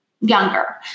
younger